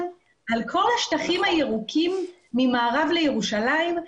מדברים על כל השטחים הירוקים ממערב לירושלים.